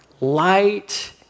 light